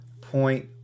point